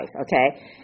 okay